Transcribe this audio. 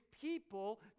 people